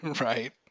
Right